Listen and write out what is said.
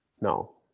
No